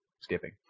Skipping